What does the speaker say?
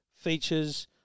features